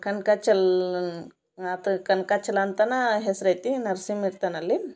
ಕನ್ಕಾಚಲ ಅದು ಕನ್ಕಾಚಲ ಅಂತನೆ ಹೆಸ್ರು ಐತೆ ನರ್ಸಿಮ್ಮ ಇರ್ತಾನಲ್ಲಿ